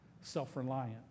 self-reliant